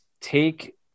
take